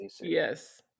Yes